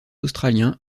australiens